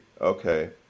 okay